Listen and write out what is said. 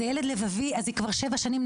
אבל עם הילד הלבבי היא נאבקת כבר שבע שנים.